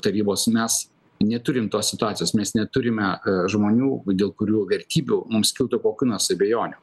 tarybos mes neturim tos situacijos mes neturime žmonių dėl kurių vertybių mums kiltų kokių nors abejonių